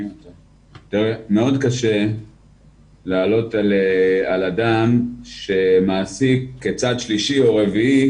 מאוד קשה לעלות על אדם שמעסיק צד שלישי או רביעי,